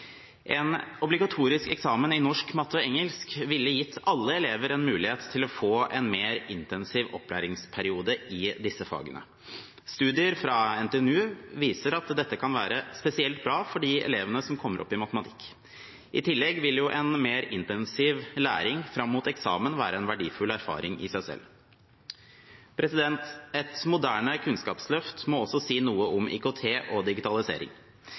En obligatorisk eksamen i norsk, matte og engelsk ville gitt alle elever en mulighet til å få en mer intensiv opplæringsperiode i disse fagene. Studier fra NTNU viser at dette kan være spesielt bra for de elevene som kommer opp i matematikk. I tillegg vil en mer intensiv læring fram mot eksamen være en verdifull erfaring i seg selv. Et moderne kunnskapsløft må også si noe om IKT og digitalisering.